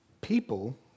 people